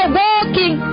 walking